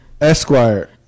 Esquire